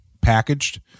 packaged